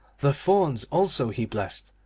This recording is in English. the fauns also he blessed,